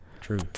True